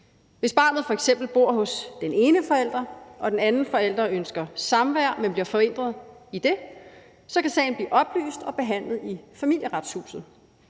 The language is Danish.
Hvis barnet f.eks. bor hos den ene forælder, og den anden forælder ønsker samvær, men bliver forhindret i det, så kan sagen blive oplyst og behandlet i Familieretshuset.